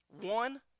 one